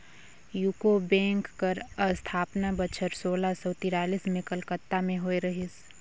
UCO bank कर असथापना बछर सोला सव तिरालिस में कलकत्ता में होए रहिस